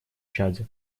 чаде